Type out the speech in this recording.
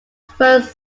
first